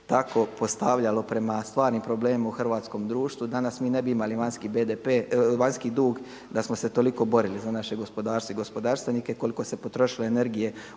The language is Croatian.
tako postavljalo prema stvarnim problemima u hrvatskom društvu danas mi ne bi imali vanjski dug da smo se toliko borili za naše gospodarstvo i gospodarstvenike koliko se potrošilo energije